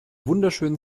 wunderschönen